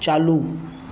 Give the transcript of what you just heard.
चालू